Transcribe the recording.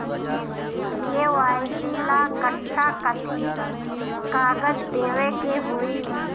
KYC ला कट्ठा कथी कागज देवे के होई?